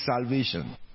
salvation